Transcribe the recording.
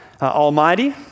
Almighty